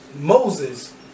Moses